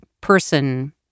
person